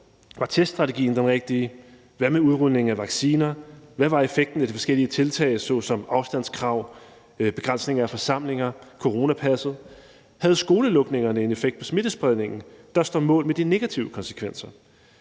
Var teststrategien den rigtige? Hvad med udrulningen af vacciner? Hvad var effekten af de forskellige tiltag såsom afstandskrav, begrænsning af forsamlinger, coronapasset? Havde skolelukningerne en effekt på smittespredningen, der står mål med de negative konsekvenser?